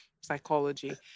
psychology